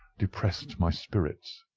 depressed my spirits.